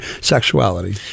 sexuality